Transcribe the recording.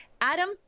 Adam